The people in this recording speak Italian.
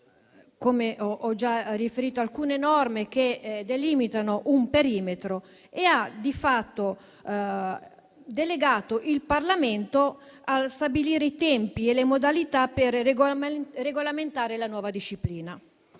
come ho già riferito - alcune norme che delimitano un perimetro e ha di fatto delegato il Parlamento a stabilire i tempi e le modalità per regolamentare la nuova disciplina.